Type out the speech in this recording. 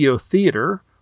Theater